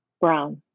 Brown